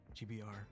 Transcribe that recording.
GBR